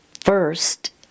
First